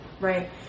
right